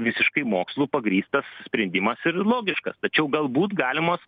visiškai mokslu pagrįstas sprendimas ir logiškas tačiau galbūt galimos